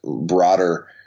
broader